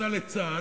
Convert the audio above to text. התגייסה לצה"ל,